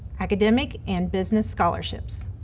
academic and business scholarships.